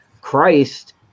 christ